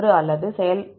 1 அல்லது 0